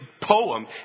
poem